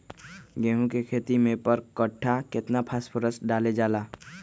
गेंहू के खेती में पर कट्ठा केतना फास्फोरस डाले जाला?